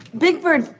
big bird,